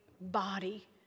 body